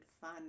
fun